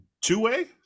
two-way